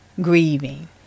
grieving